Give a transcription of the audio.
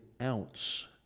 ounce